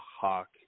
hawk